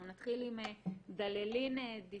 אנחנו נתחיל עם דללין דסטאו.